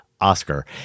Oscar